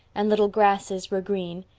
and little grasses were green,